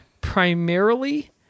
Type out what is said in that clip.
primarily